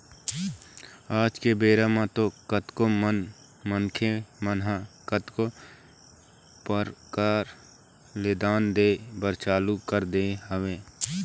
आज के बेरा म तो कतको झन मनखे मन ह कतको परकार ले दान दे बर चालू कर दे हवय